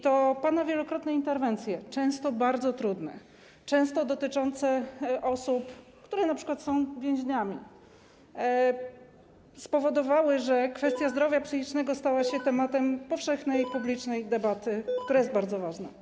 To pana wielokrotne interwencje, często bardzo trudne, często dotyczące osób, które np. są więźniami, spowodowały, że kwestia zdrowia psychicznego stała się tematem powszechnej, publicznej debaty, która jest bardzo ważna.